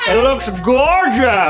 it looks gorgeous!